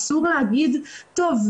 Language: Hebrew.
אסור להגיד טוב,